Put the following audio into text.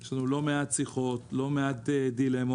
יש לנו לא מעט שיחות, לא מעט דילמות.